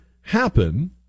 happen